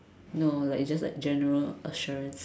no like you just like general assurance